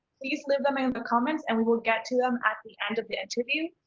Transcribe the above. please leave them in the comments. and we will get to them at the end of the interview.